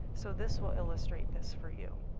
so this will illustrate this for you.